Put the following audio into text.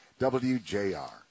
WJR